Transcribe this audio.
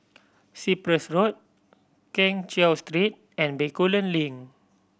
Cyprus Road Keng Cheow Street and Bencoolen Link